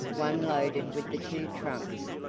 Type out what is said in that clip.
one loaded with the two trunks,